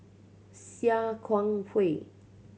Sia Kah Hui